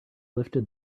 lifted